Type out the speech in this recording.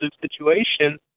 situation